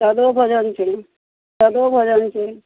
सादो भोजन छै सादो भोजन छै